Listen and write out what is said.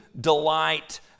delight